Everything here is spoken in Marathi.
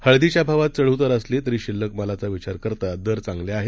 हळदीच्या भावात चढउतार असले तरी शिल्लक मालाचा विचार करता दर चांगले आहेत